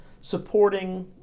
supporting